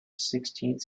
sixteenth